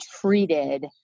treated